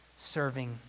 serving